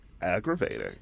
aggravating